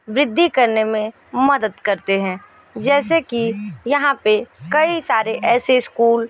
वृद्धी करने में मदद करते हैं जैसे कि यहाँ पर कई सारे ऐसे इस्कूल